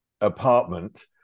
apartment